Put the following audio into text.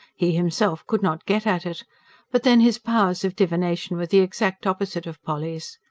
he himself could not get at it but then his powers of divination were the exact opposite of polly's.